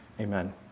Amen